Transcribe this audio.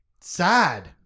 sad